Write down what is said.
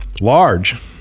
large